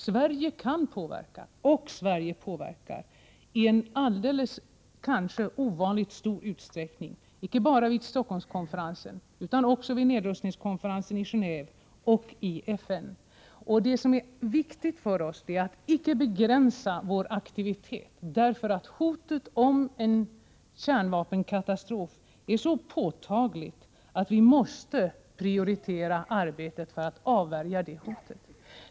Sverige kan påverka, och Sverige påverkar kanske i alldeles ovanligt stor utsträckning — icke bara vid Stockholmskonferensen utan också vid nedrustningskonferensen i Geneve och i FN. Det som är viktigt för oss är att icke begränsa vår aktivitet. Hotet om en kärnvapenkatastrof är nämligen så påtagligt att vi måste prioritera arbetet för att avvärja det hotet.